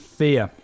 fear